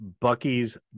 Bucky's